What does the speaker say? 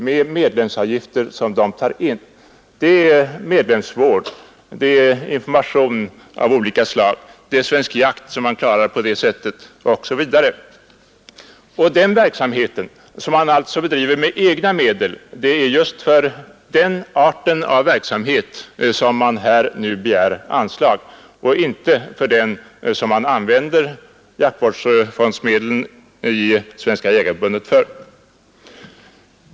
Med medlemsavgifter som man tar in finansierarar man medlemsvård, information av olika slag, Svensk Jakt osv. Och det är just för den arten av verksamhet som Jägarnas riksförbund-Landsbygdens jägare nu begär anslag — inte för verksamhet som Svenska jägareförbundet använder jaktvårdsfondsmedlen till.